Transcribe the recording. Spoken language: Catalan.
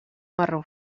marró